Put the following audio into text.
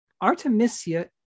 Artemisia